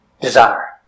desire